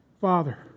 Father